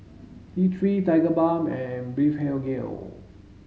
T three Tigerbalm and Blephagel